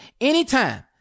anytime